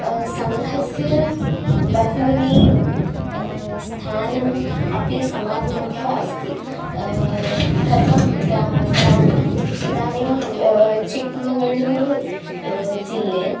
संङ्घस्य बहूनि स्थानम् अपि समाजमध्ये अस्ति कथं ग्रामे ग्रामे इदानीं चिक्मगळूरु जिल्ले